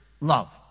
love